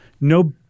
no